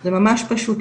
זה ממש פשוט,